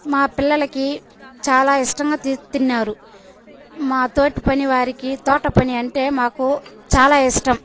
మా పిల్లలకి చాలా ఇష్టంగా తి తిన్నారు మాతోటి పనివారికి తోట పని అంటే మాకు చాలా ఇష్టం